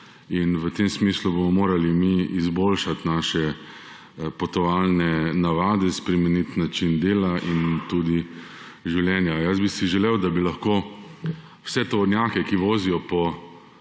V tem smislu bomo morali mi izboljšati naše potovalne navade, spremeniti način dela in tudi življenja. Želel bi si, da bi lahko vse tovornjake, ki vozijo po